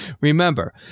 remember